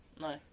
No